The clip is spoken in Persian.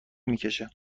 میکشه